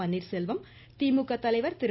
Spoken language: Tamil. பன்னீர்செல்வம் திமுக தலைவர் திரு